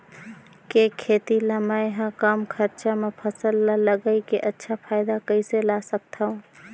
के खेती ला मै ह कम खरचा मा फसल ला लगई के अच्छा फायदा कइसे ला सकथव?